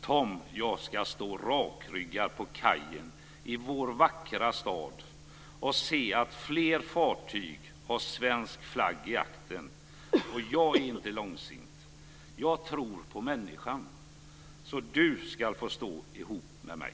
Tom, jag ska stå rakryggad på kajen i vår vackra stad och se att fler fartyg har svensk flagg i aktern. Jag är inte långsint. Jag tror på människan, så Tom ska få stå tillsammans med mig.